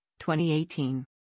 2018